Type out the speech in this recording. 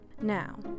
Now